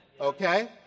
Okay